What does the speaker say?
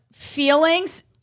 Feelings